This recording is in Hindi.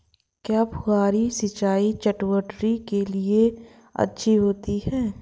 क्या फुहारी सिंचाई चटवटरी के लिए अच्छी होती है?